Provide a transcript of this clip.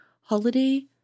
holiday